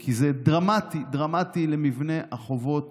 כי זה דרמטי למבנה החובות